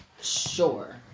sure